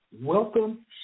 welcome